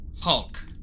Hulk